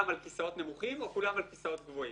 על כיסאות נמוכים או על כיסאות גבוהים.